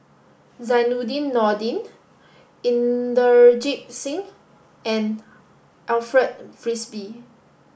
Zainudin Nordin Inderjit Singh and Alfred Frisby